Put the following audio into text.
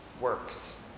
Works